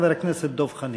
חבר הכנסת דב חנין.